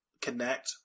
connect